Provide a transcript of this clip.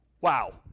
Wow